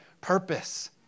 Purpose